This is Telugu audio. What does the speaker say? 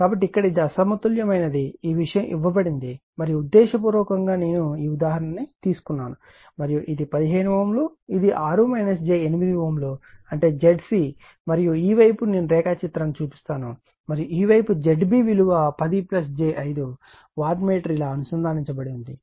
కాబట్టి ఇక్కడ ఇది అసమతుల్యమైనది ఈ విషయం ఇవ్వబడింది మరియు ఉద్దేశపూర్వకంగా నేను ఈ ఉదాహరణను తీసుకున్నాను మరియు ఇది 15 Ω ఇది 6 j 8 Ω అంటే Zc మరియు ఈ వైపు నేను రేఖాచిత్రాన్ని చూపిస్తాను మరియు ఈ వైపు Zb విలువ 10 j 5 వాట్ మీటర్ ఇలా అనుసంధానించబడి ఉంది